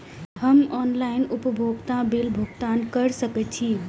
हम ऑनलाइन उपभोगता बिल भुगतान कर सकैछी?